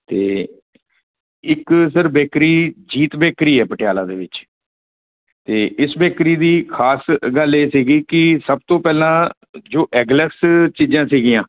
ਅਤੇ ਇੱਕ sir bakery Jeet bakery ਏ ਪਟਿਆਲਾ ਦੇ ਵਿੱਚ ਅਤੇ ਇਸ ਬੇਕਰੀ ਦੀ ਖਾਸ ਗੱਲ ਇਹ ਸੀਗੀ ਕਿ ਸਭ ਤੋਂ ਪਹਿਲਾਂ ਜੋ ਐਗਲੈਸ ਚੀਜ਼ਾਂ ਸੀਗੀਆਂ